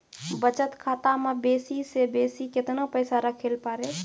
बचत खाता म बेसी से बेसी केतना पैसा रखैल पारों?